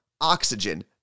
oxygen